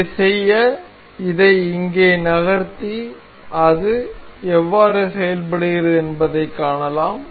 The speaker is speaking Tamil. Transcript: இதைச் செய்ய இதை இங்கே நகர்த்தி அது எவ்வாறு செயல்படுகிறது என்பதைக் காணலாம்